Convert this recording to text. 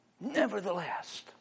Nevertheless